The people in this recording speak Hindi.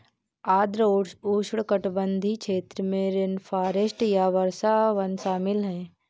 आर्द्र उष्णकटिबंधीय क्षेत्र में रेनफॉरेस्ट या वर्षावन शामिल हैं